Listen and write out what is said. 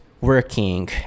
working